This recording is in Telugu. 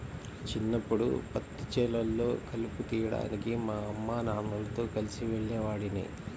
చిన్నప్పడు పత్తి చేలల్లో కలుపు తీయడానికి మా అమ్మానాన్నలతో కలిసి వెళ్ళేవాడిని